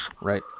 Right